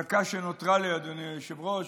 בדקה שנותרה לי, אדוני היושב-ראש,